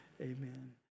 Amen